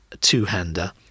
two-hander